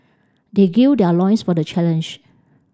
they their loins for the challenge